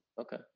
okay